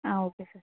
ah okay sir